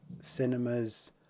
cinema's